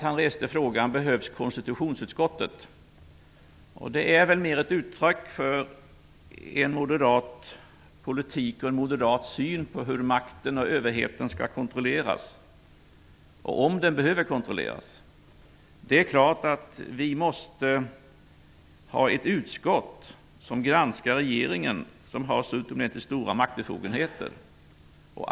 Han reste frågan om konstitutionsutskottet behövs. Det är väl ett uttryck för moderat politik och moderat syn på hur makten och överheten skall kontrolleras och om den behöver kontrolleras. Det är klart att vi måste ha ett utskott som granskar regeringen. Den har ju så utomordentligt stora maktbefogenheter.